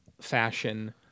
fashion